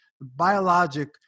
biologic